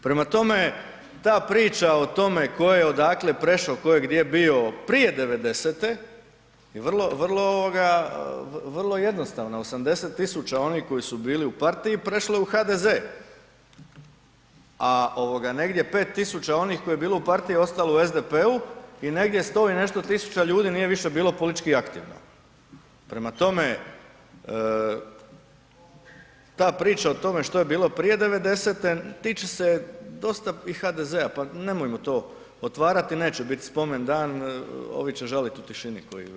Prema tome, ta priča o tome tko je odakle prešo, tko je gdje bio prije '90.-te je vrlo, vrlo ovoga, vrlo jednostavna, 80 000 onih koji su bili u partiji prešle u HDZ, a ovoga negdje 5000 onih kojih je bilo u partiji ostalo u SDP-u i negdje 100 i nešto tisuća ljudi nije više bilo politički aktivno, prema tome ta priča o tome što je bilo prije '90.-te tiče se dosta i HDZ-a, pa nemojmo to otvarati, neće bit spomendan, ovi će žalit u tišini koji već žale.